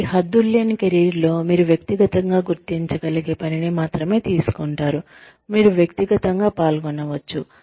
కాబట్టి హద్దులు లేని కెరీర్లో మీరు వ్యక్తిగతంగా గుర్తించగలిగే పనిని మాత్రమే తీసుకుంటారు మీరు వ్యక్తిగతంగా పాల్గొనవచ్చు